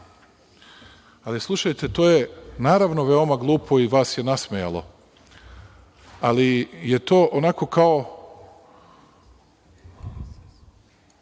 Ali, slušajte, to je naravno veoma glupo i vas je nasmejalo, ali je to onako kao